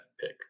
pick